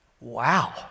wow